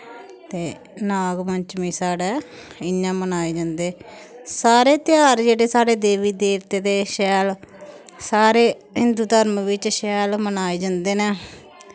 ते नाग पंचमी साढ़ै इयां बनाई जंदे सारे त्यहार जेह्ड़े साढ़े देवी देवते दे शैल सारे हिन्दू धर्म बिच्च शैल मनाए जंदे न